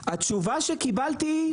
התשובה שקיבלתי,